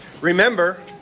Remember